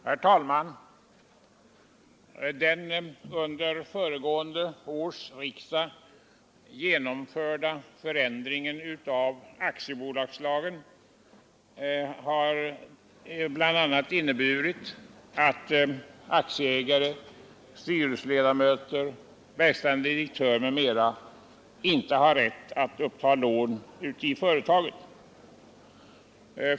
Herr talman! Den under föregående års riksdag genomförda förändringen av aktiebolagslagen har bl.a. inneburit att aktieägare, styrelseledamöter, verkställande direktörer m.fl. inte har rätt att uppta lån i företagen.